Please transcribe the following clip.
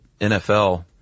NFL